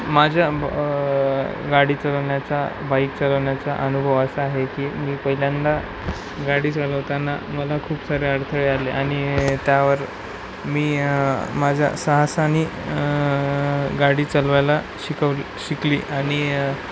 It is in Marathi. माझ्या ब गाडी चालवण्याचा बाईक चालवण्याचा अनुभव असा आहे की मी पहिल्यांदा गाडी चालवताना मला खूप सारे अडथळे आले आणि त्यावर मी माझ्या साहसानी गाडी चालवायला शिकवली शिकली आणि